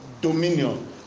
dominion